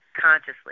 consciously